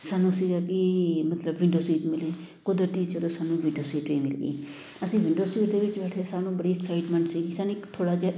ਸਾਨੂੰ ਸੀਗਾ ਕਿ ਮਤਲਬ ਵਿੰਡੋ ਸੀਟ ਮਿਲੇ ਕੁਦਰਤੀ ਚਲੋ ਸਾਨੂੰ ਵਿੰਡੋ ਹੀ ਮਿਲ ਗਈ ਅਸੀਂ ਵਿੰਡੋ ਸੀਟ ਦੇ ਵਿੱਚ ਬੈਠੇ ਸਾਨੂੰ ਬੜੀ ਐਕਸਾਈਟਮੈਂਟ ਸੀਗੀ ਸਾਨੂੰ ਇੱਕ ਥੋੜ੍ਹਾ ਜਿਹਾ